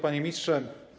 Panie Ministrze!